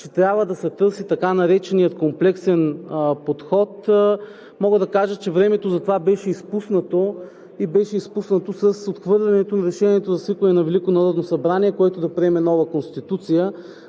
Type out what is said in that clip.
че трябва да се търси така нареченият комплексен подход, мога да кажа, че времето за това беше изпуснато – беше изпуснато с отхвърлянето на решението за свикване на Велико народно събрание, което да приеме нова Конституция.